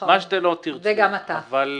מה שלא תרצו - גם אני.